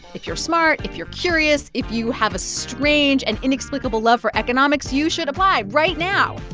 if you're smart, if you're curious, if you have a strange and inexplicable love for economics, you should apply right now.